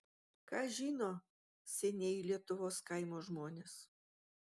ką žino senieji lietuvos kaimo žmonės